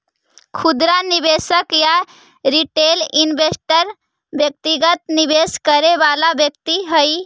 खुदरा निवेशक या रिटेल इन्वेस्टर व्यक्तिगत निवेश करे वाला व्यक्ति हइ